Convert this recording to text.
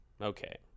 okay